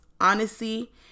honesty